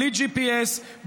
בלי GPS,